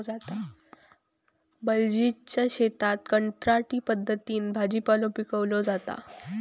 बलजीतच्या शेतात कंत्राटी पद्धतीन भाजीपालो पिकवलो जाता